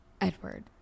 Edward